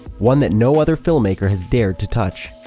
one that no other filmmaker has dared to touch.